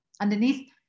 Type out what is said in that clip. Underneath